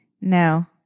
no